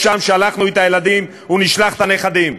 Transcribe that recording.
לשם שלחנו את הילדים ונשלח את הנכדים.